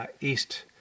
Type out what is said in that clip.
East